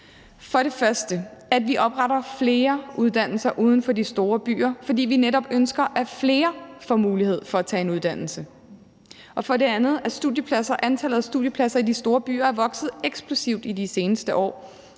For det første opretter vi flere uddannelser uden for de store byer, fordi vi netop ønsker, at flere får mulighed for at tage en uddannelse, og for det andet er antallet af studiepladser i de store byer vokset eksplosivt i de seneste år,